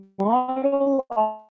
model